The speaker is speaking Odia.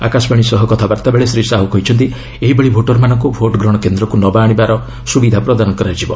ଆକାଶବାଣୀ ସହ କଥାବାର୍ତ୍ତା ବେଳେ ଶ୍ରୀ ସାହୁ କହିଛନ୍ତି ଏହିଭଳି ଭୋଟରମାନଙ୍କୁ ଭୋଟ୍ଗ୍ରହଣ କେନ୍ଦ୍ରକୁ ନବାଆଣିବା ସୁବିଧା ପ୍ରଦାନ କରାଯିବ